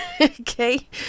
okay